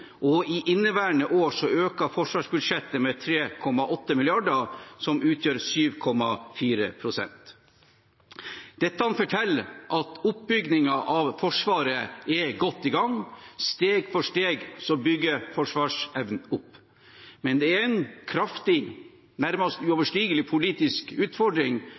og i inneværende år økte det med 3,8 mrd. kr, noe som utgjør 7,4 pst. Det forteller at oppbyggingen av Forsvaret er godt i gang. Steg for steg bygges forsvarsevnen opp. Men det er en kraftig, nærmest uoverstigelig, politisk utfordring